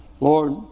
Lord